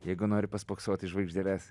jeigu nori paspoksot į žvaigždeles